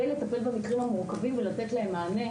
לטפל במקרים המורכבים ולתת להם מענה.